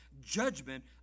Judgment